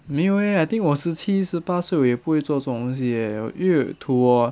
没有 eh I think 我十七十八岁我也不会做这种东西 eh 因为 to 我